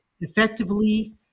effectively